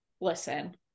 Listen